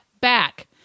back